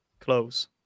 close